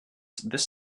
this